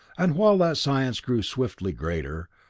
and while that science grew swiftly greater,